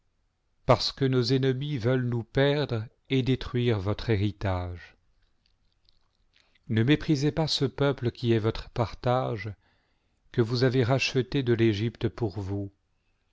parce que nos ennemis veulent nous perdre et détruire votre héritage ne méprisez pas ce peuple qui est votre partage que vous avez racheté de l'egypte pour vous